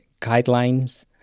guidelines